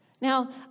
Now